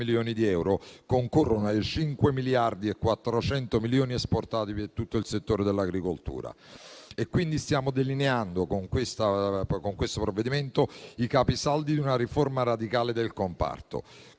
Grazie a tutto